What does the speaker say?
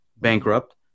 bankrupt